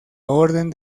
orden